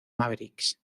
mavericks